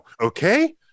okay